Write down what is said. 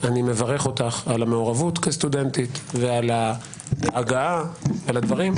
אני מברך אותך על המעורבות כסטודנטית ועל הגעה ועל דברים.